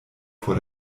vor